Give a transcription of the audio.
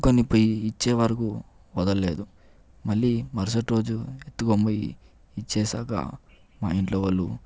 ఎత్తుకొని పోయి ఇచ్చేవరకు వదల్లేదు మళ్ళీ మరుసటి రోజు ఎత్తుకొని పోయి ఇచ్చేశాక మా ఇంట్లో వాళ్ళు